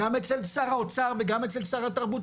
גם אצל שר האוצר, וגם אצל שר התרבות